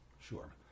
Sure